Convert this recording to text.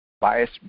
bias